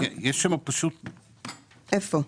איפה?